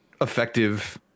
effective